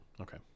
Okay